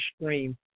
stream